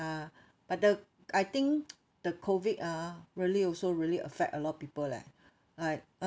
but the I think the COVID ah really also really affect a lot of people leh like